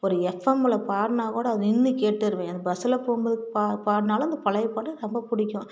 ஒரு எப்ஃஎம்மில் பாடுனா கூட நின்று கேட்டுருவேன் அந்த பஸ்ஸுல் போகும் போது பா பாடுனாலும் அந்த பழையை பாட்டு ரொம்ப பிடிக்கும்